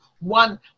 one